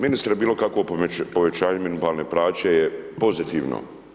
Ministre bilo kakvo povećanje minimalne plaće je pozitivno.